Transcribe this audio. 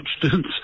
substance